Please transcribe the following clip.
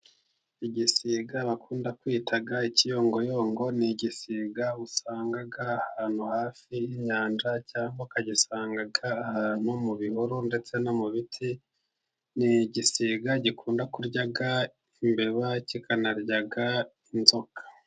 Igisiga bakunda kwita ikiyongoyongo, ni igisiga usanga ahantu hafi y'inyanja, cyangwa ukagisanga ahantu mu bihuru ndetse no mu biti, ni igisiga gikunda kurya imbeba, kikanarya inzoka.